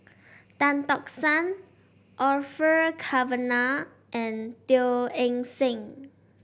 Tan Tock San Orfeur Cavenagh and Teo Eng Seng